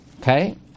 Okay